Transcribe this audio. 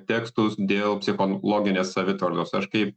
tekstus dėl psichonloginės savitvardos aš kaip